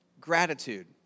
gratitude